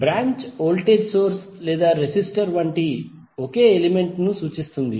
branch voltage source లేదా resistor వంటి ఒకే ఎలిమెంట్ ను సూచిస్తుంది